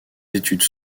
études